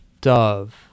Dove